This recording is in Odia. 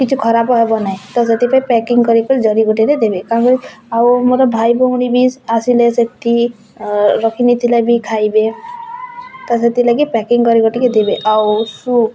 କିଛି ଖରାପ ହବନାହିଁ ତ ସେଥିପାଇଁ ପ୍ୟାକିଙ୍ଗ କରିକି ଜରି ଗୋଟେରେ ଦେବେ କାଁ କରି ଆଉ ମୋର ଭାଇ ଭଉଣୀ ବି ସ ଆସିଲେ ସେଇଠି ରଖିନେଇଥିଲେ ବି ଖାଇବେ ତ ସେଥିଲାଗି ପ୍ୟାକିଙ୍ଗ କରି ଗୋଟିକି ଦେବେ ଆଉ ସୁପ